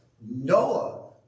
Noah